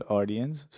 audience